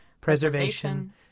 preservation